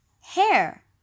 Hair